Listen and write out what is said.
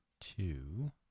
Two